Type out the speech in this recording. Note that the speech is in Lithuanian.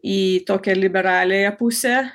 į tokią liberaliąją pusę